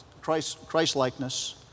Christ-likeness